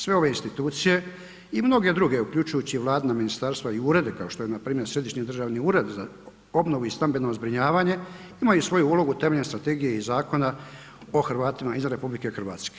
Sve ove institucije i mnoge druge, uključujući i vladina ministarstva i urede kao što je npr. Središnji državni ured za obnovu i stambeno zbrinjavanje imaju svoju ulogu temeljem strategije i zakona o Hrvatima izvan RH.